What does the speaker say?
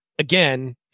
Again